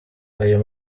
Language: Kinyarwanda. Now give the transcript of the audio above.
ayo